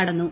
കടന്നു